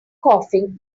coughing